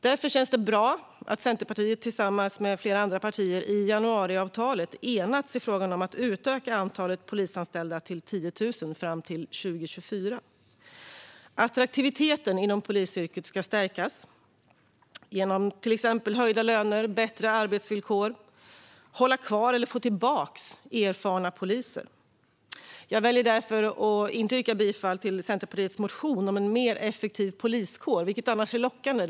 Därför känns det bra att Centerpartiet tillsammans med andra partier i januariavtalet har enats i frågan om att utöka antalet polisanställda med 10 000 fram till år 2024. Attraktiviteten i polisyrket ska förstärkas genom till exempel höjda löner och bättre arbetsvillkor, så att man kan hålla kvar eller få tillbaka erfarna poliser. Jag väljer därför att inte yrka bifall till Centerpartiets motion om en mer effektiv poliskår, vilket annars är lockande.